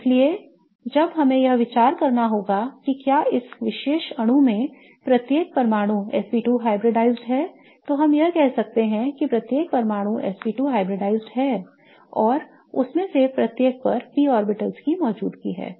इसलिए जब हमें यह विचार करना होगा कि क्या इस विशेष अणु में प्रत्येक परमाणु sp2 hybridized है तो हम कह सकते हैं कि प्रत्येक परमाणु sp2 hybridized है और उनमें से प्रत्येक पर p ऑर्बिटल्स की मौजूदगी है